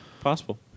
possible